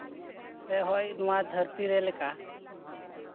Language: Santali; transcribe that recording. ᱥᱮ ᱦᱚᱭ ᱱᱚᱣᱟ ᱫᱷᱟᱨᱛᱤ ᱨᱮ ᱞᱮᱠᱟ